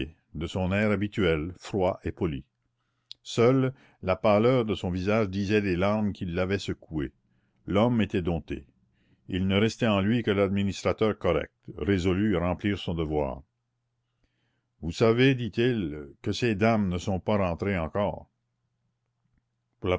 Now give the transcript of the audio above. de son air habituel froid et poli seule la pâleur de son visage disait les larmes qui l'avaient secoué l'homme était dompté il ne restait en lui que l'administrateur correct résolu à remplir son devoir vous savez dit-il que ces dames ne sont pas rentrées encore